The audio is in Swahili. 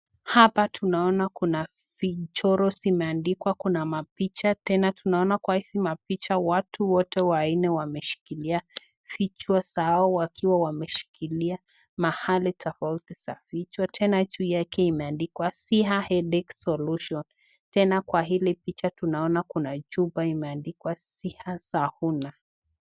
Hapa tunaona kuna vichoro zilizoandikwa kuna mapicha. Tena tunaona kwa huzi mapicha watu wote wanne wameshikilia vichwa zao wakiwa wameshikilia mahali tofauti za vichwa. Tena juu yake imeandikwa siha [headache solution] tena kwa hili picha tunaona kuna chupa ambayo imeandikwa siha sahuna.